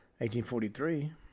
1843